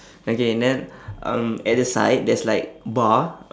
okay then um at the side there's like bar